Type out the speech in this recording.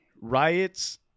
Riots